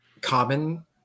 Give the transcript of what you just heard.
common